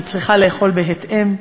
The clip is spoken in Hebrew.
היא צריכה לאכול בהתאם,